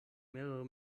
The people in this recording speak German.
mehrere